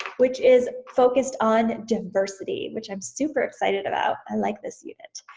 which is focused on diversity, which i'm super excited about. and like this unit.